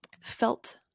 felt